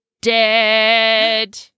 dead